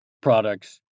products